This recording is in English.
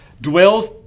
dwells